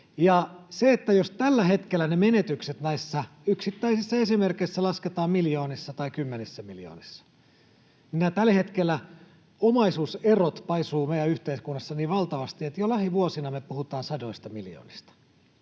Suomesta. Jos tällä hetkellä ne menetykset näissä yksittäisissä esimerkeissä lasketaan miljoonissa tai kymmenissä miljoonissa, niin tällä hetkellä omaisuuserot paisuvat meidän yhteiskunnassa niin valtavasti, että jo lähivuosina me puhutaan sadoista miljoonista.